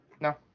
No